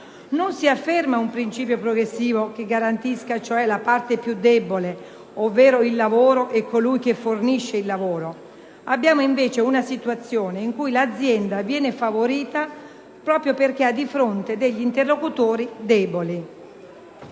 non si afferma un principio progressivo, che garantisca cioè la parte più debole, ovvero il lavoro e colui che fornisce il lavoro; abbiamo, invece, una situazione in cui l'azienda viene favorita proprio perché ha di fronte degli interlocutori deboli.